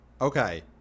Okay